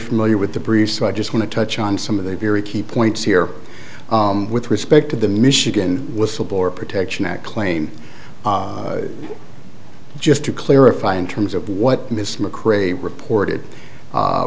familiar with the brief so i just want to touch on some of the very key points here with respect to the michigan whistleblower protection act claim just to clarify in terms of what miss mccrae reported